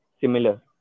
similar